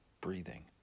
breathing